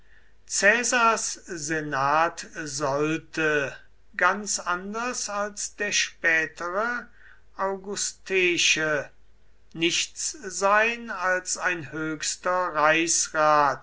caesars senat sollte ganz anders als der spätere augusteische nichts sein als ein höchster reichsrat